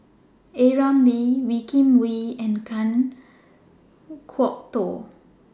A Ramli Wee Kim Wee and Kan Kwok Toh